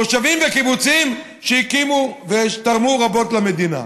מושבים וקיבוצים שהקימו ותרמו רבות למדינה.